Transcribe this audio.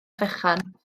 fechan